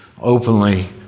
openly